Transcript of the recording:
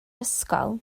ysgol